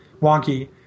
wonky